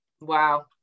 Wow